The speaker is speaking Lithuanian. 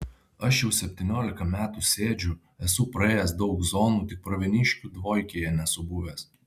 aš jau septyniolika metų sėdžiu esu praėjęs daug zonų tik pravieniškių dvojkėje nesu buvęs